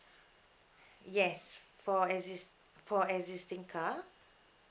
yes for exist for existing car